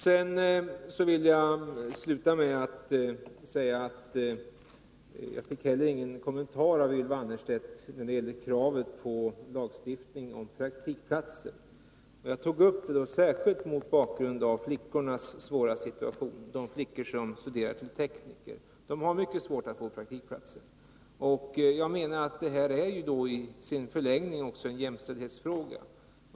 Jag vill sluta med att säga att jag inte heller fick någon kommentar av Ylva Annerstedt när det gäller kravet på lagstiftning om praktikplatser. Detta tog jag upp särskilt mot bakgrund av den svåra situation som de flickor som studerar till tekniker har. De har mycket svårt att få praktikplatser. Jag menar att detta i sin förlängning också är en jämställdhetsfråga.